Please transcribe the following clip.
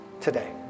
today